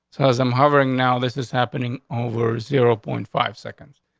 so as i'm hovering now, this is happening over zero point five seconds.